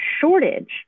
shortage